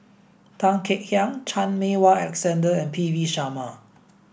Tan Kek Hiang Chan Meng Wah Alexander and P V Sharma